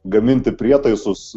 gaminti prietaisus